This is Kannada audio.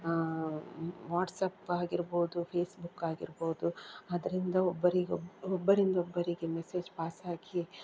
ವಾಟ್ಸಪ್ ಆಗಿರ್ಬೋದು ಫೇಸ್ಬುಕ್ ಆಗಿರ್ಬೋದು ಅದರಿಂದ ಒಬ್ಬರಿಗೆ ಒಬ್ಬರಿಂದ ಒಬ್ಬರಿಗೆ ಮೆಸೇಜ್ ಪಾಸಾಗಿ